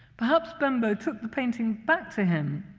perhaps bembo took the painting back to him,